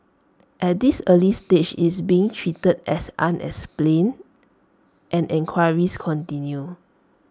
at this early stage it's being treated as unexplained and enquiries continue